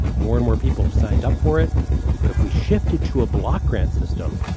more and more people have signed up for it but if we shifted to a block grant system,